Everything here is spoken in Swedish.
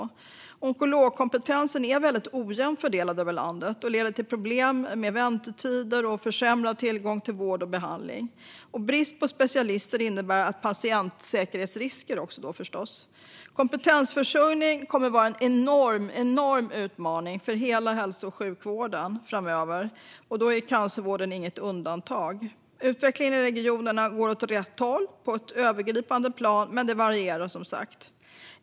Den onkologiska kompetensen är väldigt ojämnt fördelad över landet, vilket leder till problem med väntetider och försämrad tillgång till vård och behandling. Brist på specialister innebär förstås också patientsäkerhetsrisker. Kompetensförsörjning kommer att vara en enorm utmaning för hela hälso och sjukvården framöver, och cancervården är inget undantag. Utvecklingen i regionerna går åt rätt håll på ett övergripande plan, men det varierar som sagt.